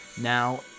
Now